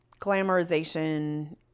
glamorization